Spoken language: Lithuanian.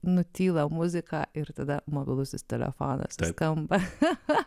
nutyla muzika ir tada mobilusis telefonas skamba taip cha cha